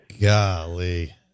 Golly